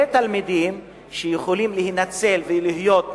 תלמידים שיכולים להינצל ולהיות נורמליים,